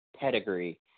pedigree